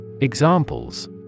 Examples